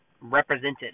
represented